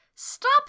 Stop